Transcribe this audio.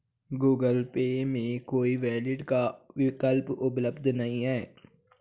Google Pay में कोई wallet का विकल्प उपलब्ध नहीं है